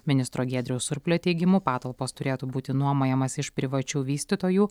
ministro giedriaus surplio teigimu patalpos turėtų būti nuomojamas iš privačių vystytojų